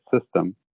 system